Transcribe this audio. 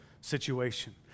situation